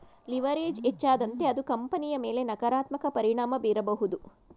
leverage ಹೆಚ್ಚಾದಂತೆ ಅದು ಕಂಪನಿಯ ಮೇಲೆ ನಕಾರಾತ್ಮಕ ಪರಿಣಾಮ ಬೀರಬಹುದು